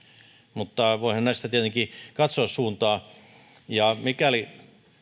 mutta voihan näistä tietenkin katsoa suuntaa